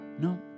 no